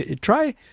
try